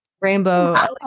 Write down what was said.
rainbow